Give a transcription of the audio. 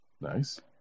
Nice